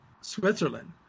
Switzerland